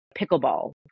pickleball